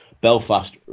Belfast